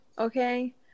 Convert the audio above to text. Okay